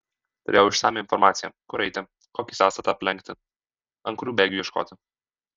turėjau išsamią informaciją kur eiti kokį sąstatą aplenkti ant kurių bėgių ieškoti